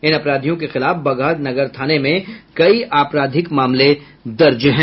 इन अपराधियों के खिलाफ बगहा नगर थाने में कई आपराधिक मामले दर्ज हैं